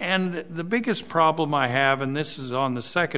and the biggest problem i have in this is on the second